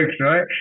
right